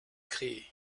créé